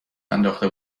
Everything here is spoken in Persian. انداخته